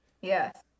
Yes